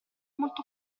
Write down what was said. molto